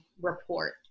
report